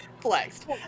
Flexed